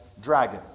dragon